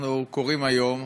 אנחנו קוראים היום